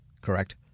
Correct